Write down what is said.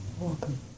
welcome